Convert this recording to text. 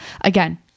Again